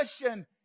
question